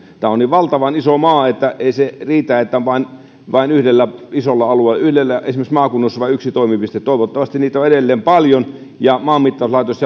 tämä on niin valtavan iso maa että ei se riitä että yhdellä isolla alueella esimerkiksi maakunnassa on vain yksi toimipiste toivottavasti niitä on edelleen paljon ja maanmittauslaitos